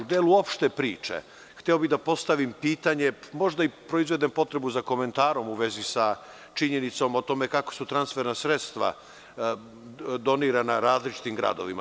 U delu opšte priče, hteo bih da postavim pitanje, možda proizvedem potrebnu za komentarom, a u vezi sa činjenicom o tome kako su transferna sredstva donirana različitim gradovima.